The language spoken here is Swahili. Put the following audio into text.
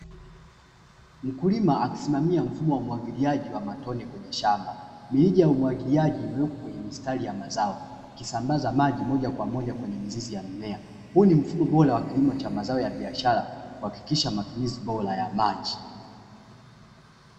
Mkulima akisimamia mfumo wa umwagiliaji wa matone kwenye shamba mirija ya umwagiliaji imewekwa kwenye mistari ya mazao, ikisambaza maji moja kwa moja kwenye mimea. Huu ni mfumo bora kilimo cha mazao la biashara kuhakikisha matumizi bora ya maji.